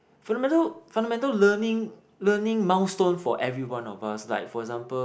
fundamental fundamental learning learning milestone for everyone of us like for example